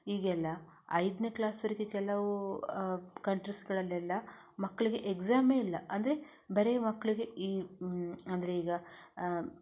ಈಗೆಲ್ಲ ಐದನೇ ಕ್ಲಾಸ್ವರೆಗೆ ಕೆಲವು ಕಂಟ್ರೀಸ್ಗಳಲ್ಲೆಲ್ಲ ಮಕ್ಕಳಿಗೆ ಎಕ್ಸಾಮೆ ಇಲ್ಲ ಅಂದರೆ ಬರೀ ಮಕ್ಕಳಿಗೆ ಈ ಅಂದರೆ ಈಗ